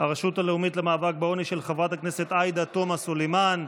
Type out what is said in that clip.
הרשות הלאומית למאבק בעוני של חברת הכנסת עאידה תומא סלימאן.